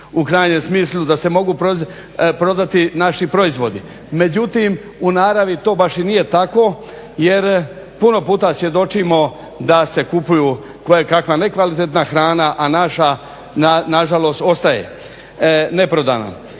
u krajnjem smislu da se mogu prodati naši proizvodi. Međutim, u naravi to baš i nije tako jer puno puta svjedočimo da se kupuju kojekakva nekvalitetna hrana, a naša na žalost ostaje neprodana.